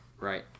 Right